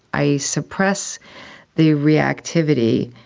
i suppress the reactivity,